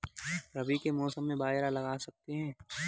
रवि के मौसम में बाजरा लगा सकते हैं?